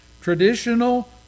traditional